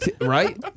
Right